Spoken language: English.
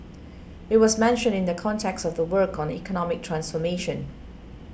it was mentioned in the context of the work on economic transformation